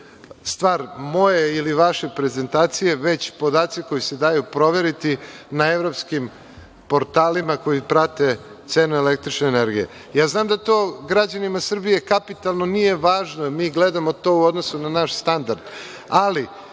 stvar moje ili vaše prezentacije, već podaci koji se daju proveriti na evropskim portalima koji prate cenu električne energije. Znam da to građanima Srbije kapitalno nije važno, jer mi gledamo to u odnosu na naš standard, ali